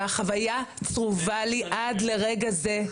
והחוויה צרובה לי עד לרגע זה.